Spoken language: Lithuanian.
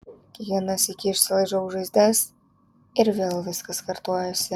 kiekvieną sykį išsilaižau žaizdas ir vėl viskas kartojasi